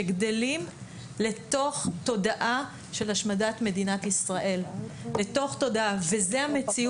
שגדלים לתוך תודעה של השמדת מדינת ישראל וזאת המציאות.